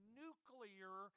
nuclear